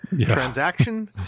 transaction